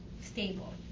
stable